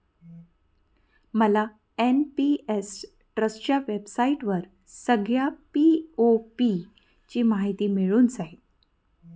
मला एन.पी.एस ट्रस्टच्या वेबसाईटवर सगळ्या पी.ओ.पी ची माहिती मिळून जाईल